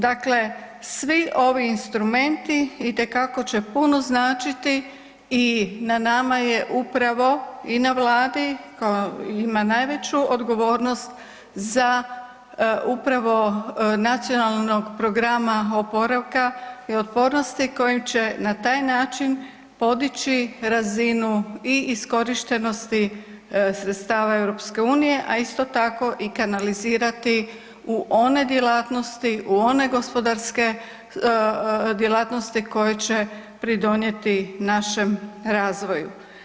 Dakle, svi ovi instrumenti itekako će puno značiti i na nama je upravo i na Vladi koja ima najveću odgovornost za upravo nacionalnog programa oporavka i otpornosti kojim će na taj način podići razinu i iskorištenosti sredstava EU, a isto tako i kanalizirati u one djelatnosti, u one gospodarske djelatnosti koje će pridonijeti našem razvoju.